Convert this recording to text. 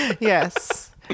Yes